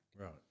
Right